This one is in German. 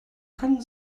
können